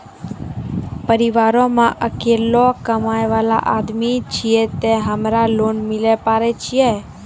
परिवारों मे अकेलो कमाई वाला आदमी छियै ते हमरा लोन मिले पारे छियै?